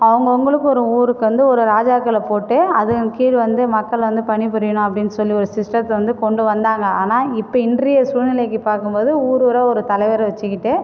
அவங்கவுங்களுக்கு ஒரு ஊருக்கு வந்து ஒரு ராஜாக்களை போட்டு அதன் கீழ் வந்து மக்கள் வந்து பணிபுரியணும் அப்படின்னு சொல்லி ஒரு சிஷ்டத்தை வந்து கொண்டு வந்தாங்கள் ஆனால் இப்போ இன்றைய சூழ்நிலைக்கு பார்க்கும்போது ஊர் ஊரா ஒரு தலைவரை வச்சுக்கிட்டு